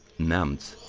neamt,